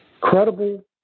credible